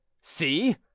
see